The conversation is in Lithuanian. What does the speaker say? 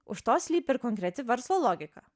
už to slypi ir konkreti verslo logika